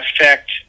affect